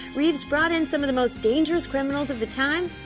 reeves brought in some of the most dangerous criminals of the time,